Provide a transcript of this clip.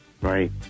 right